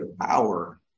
power